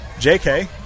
Jk